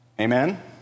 Amen